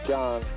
John